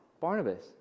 Barnabas